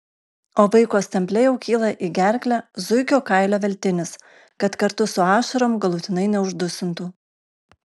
o vaiko stemple jau kyla į gerklę zuikio kailio veltinis kad kartu su ašarom galutinai neuždusintų